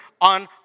on